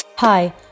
Hi